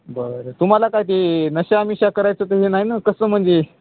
बरं तुम्हाला काय ते नशा मिषा करायचं तु नाही ना कसं म्हणजे